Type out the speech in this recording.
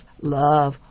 Love